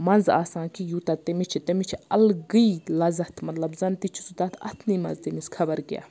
مَزٕ آسان کیٚنٛہہ یوٗتاہ تٔمِس چھِ تٔمِس چھِ الگٕے لذَت مَطلَب زَن تہِ چھُ سُہ تتھ اتھنٕے مَنٛز تٔمِس خَبَر کیٛاہ